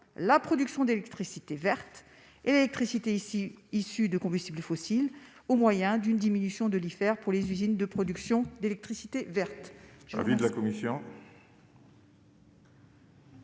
la production d'électricité verte électricité ici issues de combustibles fossiles au moyen d'une diminution de l'hiver pour les usines de production d'électricité verte.